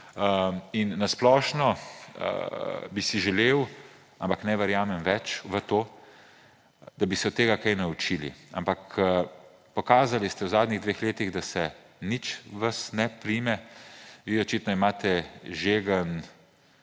Na splošno bi si želel, ampak ne verjamem več v to, da bi se od tega kaj naučili. Pokazali ste v zadnjih dveh letih, da se vas nič ne prime, vi očitno imate žegen